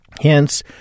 Hence